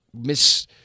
miss